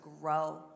grow